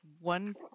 one